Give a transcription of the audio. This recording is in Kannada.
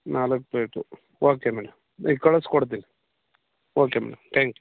ನಾಲ್ಕು ಪ್ಲೇಟು ಓಕೆ ಮೇಡಮ್ ಈಗ ಕಳ್ಸಿ ಕೊಡ್ತಿನಿ ಓಕೆ ಮೇಡಮ್ ಥ್ಯಾಂಕ್ ಯು